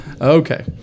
Okay